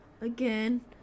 again